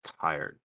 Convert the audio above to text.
tired